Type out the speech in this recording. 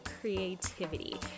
creativity